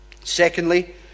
Secondly